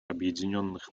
объединенных